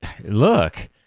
look